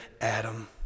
Adam